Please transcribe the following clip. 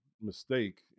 mistake